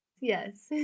Yes